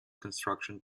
construction